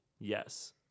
Yes